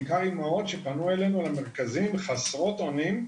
בעיקר אימהות שפנו אלינו למרכזים חסרות אונים,